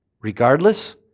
Regardless